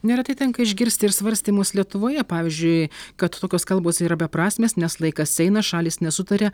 neretai tenka išgirsti ir svarstymus lietuvoje pavyzdžiui kad tokios kalbos yra beprasmės nes laikas eina šalys nesutaria